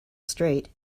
straight